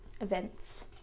events